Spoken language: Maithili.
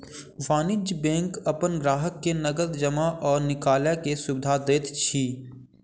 वाणिज्य बैंक अपन ग्राहक के नगद जमा आ निकालैक सुविधा दैत अछि